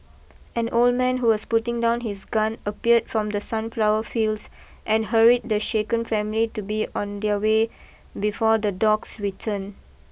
an old man who was putting down his gun appeared from the sunflower fields and hurried the shaken family to be on their way before the dogs return